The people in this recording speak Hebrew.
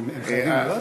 הם חייבים להיות?